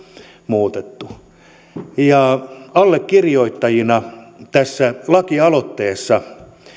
muutettu allekirjoittajina tässä laki aloitteessa